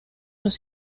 los